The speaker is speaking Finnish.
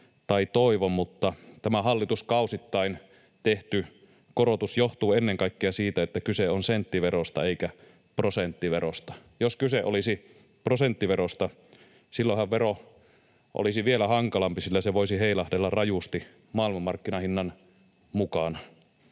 tai toivo, mutta tämä hallituskausittain tehty korotus johtuu ennen kaikkea siitä, että kyse on senttiverosta eikä prosenttiverosta. Jos kyse olisi prosenttiverosta, silloinhan vero olisi vielä hankalampi, sillä se voisi heilahdella rajusti maailmanmarkkinahinnan mukana.